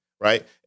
right